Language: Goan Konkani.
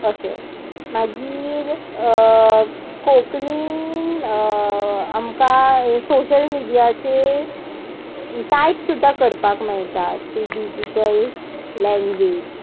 अशें मागीर कोंकणीन आमकां हें सोशल मिडियाचेर टायप सुद्दां करपाक मेळटा ती डिजीटल लेंग्वेज